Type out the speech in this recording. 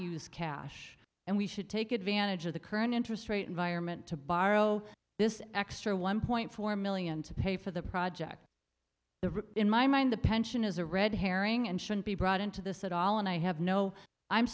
use cash and we should take advantage of the current interest rate environment to borrow this extra one point four million to pay for the project the in my mind the pension is a red herring and shouldn't be brought into this at all and i have no i'm